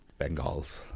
Bengals